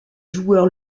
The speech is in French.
joueur